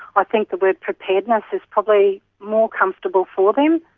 i think the word preparedness is probably more comfortable for them.